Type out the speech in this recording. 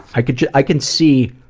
i can i can see,